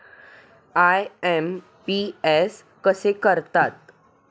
IMPS कसे करतात?